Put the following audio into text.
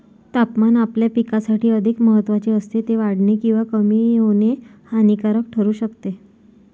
तापमान आपल्या पिकासाठी अधिक महत्त्वाचे असते, ते वाढणे किंवा कमी होणे हानिकारक ठरू शकते